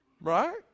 Right